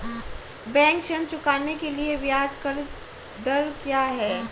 Bank ऋण चुकाने के लिए ब्याज दर क्या है?